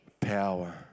power